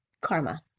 karma